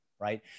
right